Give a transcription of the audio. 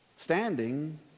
standing